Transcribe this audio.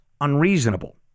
unreasonable